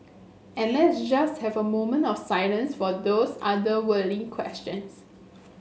and let's just have a moment of silence for those otherworldly questions